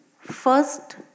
First